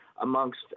amongst